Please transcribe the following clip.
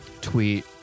Tweet